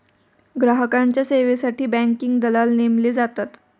ग्राहकांच्या सेवेसाठी बँकिंग दलाल नेमले जातात